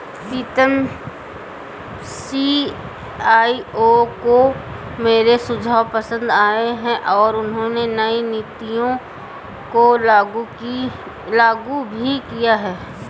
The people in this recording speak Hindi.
प्रीतम सी.ई.ओ को मेरे सुझाव पसंद आए हैं और उन्होंने नई नीतियों को लागू भी किया हैं